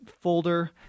folder